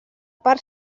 part